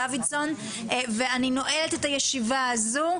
אני נועלת את הישיבה הזו.